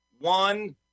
one